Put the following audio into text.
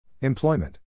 Employment